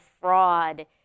fraud